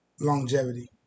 Longevity